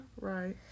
Right